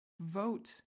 Vote